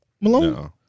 Malone